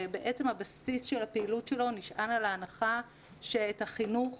שהבסיס של הפעילות שלו נשען על ההנחה שאת החינוך